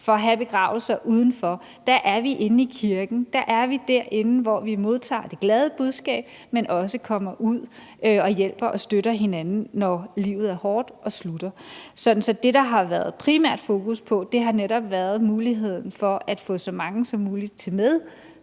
for at have begravelser udenfor; der er vi inde i kirken, der er vi derinde, hvor vi modtager det glade budskab, men også kommer og hjælper og støtter hinanden, når livet er hårdt og slutter. Så det, der primært har været fokus på, har netop været muligheden for at få så mange som muligt med